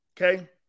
okay